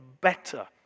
better